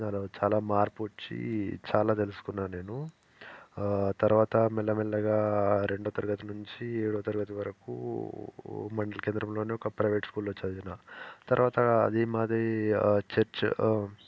నాలో చాలా మార్పు వచ్చి చాలా తెలుసుకున్నా నేను తరువాత మెల్ల మెల్లగా రెండవ తరగతి నుంచి ఎడవ తరగతి వరకూ మా ఇంటికి ఎదురుగానే ఒక ప్రైవేట్ స్కూల్లో చదివాను తరువాత అది మాది చర్చ్